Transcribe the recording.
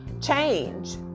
change